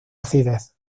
acidez